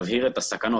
תבהיר את הסכנות,